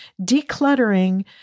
decluttering